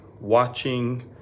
watching